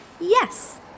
yes